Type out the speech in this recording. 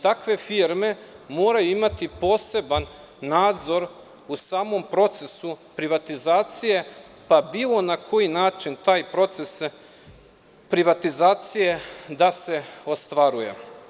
Takve firme moraju imati poseban nadzor u samom procesu privatizacije, pa bilo na koji način taj proces privatizacije da se ostvaruje.